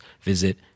visit